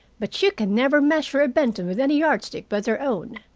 but you can never measure a benton with any yard-stick but their own.